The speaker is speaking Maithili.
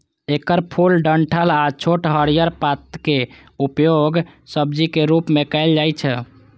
एकर फूल, डंठल आ छोट हरियर पातक उपयोग सब्जीक रूप मे कैल जाइ छै